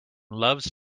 loves